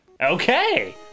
Okay